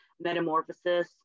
metamorphosis